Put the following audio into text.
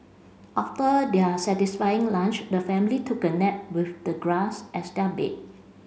after their satisfying lunch the family took a nap with the grass as their bed